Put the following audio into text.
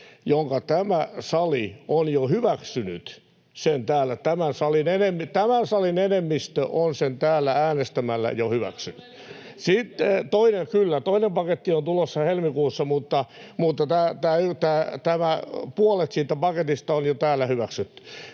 jonka tämä sali on jo hyväksynyt. Tämän salin enemmistö on sen täällä äänestämällä jo hyväksynyt. [Hanna Sarkkinen: Keväällä tulee lisää leikkauksia!] — Kyllä, toinen paketti on tulossa helmikuussa, mutta puolet siitä paketista on jo täällä hyväksytty.